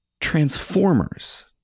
Transformers